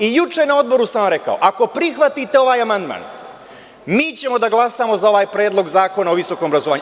Juče na Odboru sam vam rekao - ako prihvatite ovaj amandman, mi ćemo da glasamo za ovaj Predlog zakona o visokom obrazovanju.